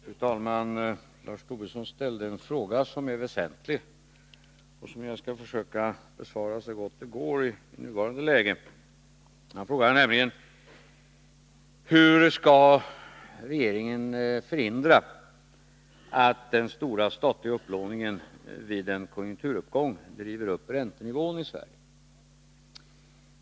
Fru talman! Lars Tobisson ställde en fråga som är väsentlig och som jag skall försöka besvara så gott det går i nuvarande läge. Han frågade mig nämligen: Hur skall regeringen förhindra att den stora statliga upplåningen vid en konjunkturuppgång driver upp räntenivån i Sverige?